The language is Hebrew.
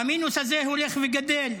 והמינוס הזה הולך וגדל.